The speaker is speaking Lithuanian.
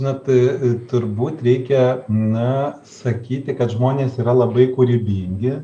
na tai turbūt reikia na sakyti kad žmonės yra labai kūrybingi